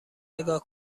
نگاه